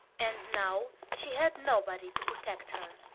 and now she had nobody to protect her.